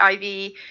IV